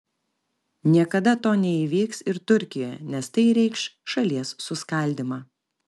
niekada to neįvyks ir turkijoje nes tai reikš šalies suskaldymą